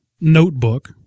notebook